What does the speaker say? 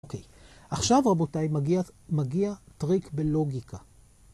אוקיי, עכשיו רבותיי מגיע, מגיע טריק בלוגיקה.